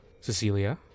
Cecilia